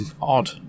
odd